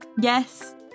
yes